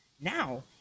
Now